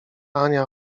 ania